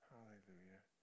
Hallelujah